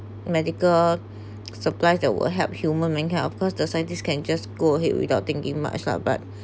medical supplies that will help human mankind of course the scientists can just go ahead without thinking much lah but